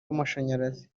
w’amashanyarazi